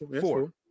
Four